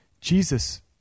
Jesus